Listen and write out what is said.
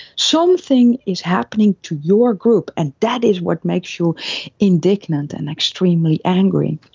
something is happening to your group and that is what makes you indignant and extremely angry.